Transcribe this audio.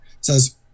says